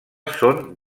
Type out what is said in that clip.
són